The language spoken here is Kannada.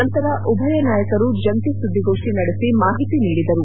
ನಂತರ ಉಭಯ ನಾಯಕರು ಜಂಟಿ ಸುದ್ದಿಗೋಷ್ಟಿ ನಡೆಸಿ ಮಾಹಿತಿ ನೀಡಿದರು